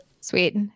Sweet